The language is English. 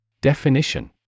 Definition